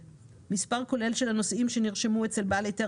מספר כולל של הנוסעים שנרשמו אצל בעל היתר